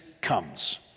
comes